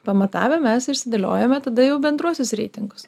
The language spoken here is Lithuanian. pamatavę mes išsidėliojome tada jau bendruosius reitingus